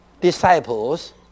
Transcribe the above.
disciples